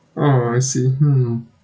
oh I see hmm